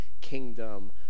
kingdom